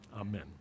Amen